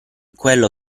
quello